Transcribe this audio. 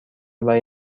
برای